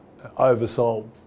oversold